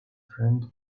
friend